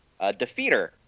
Defeater